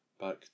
Back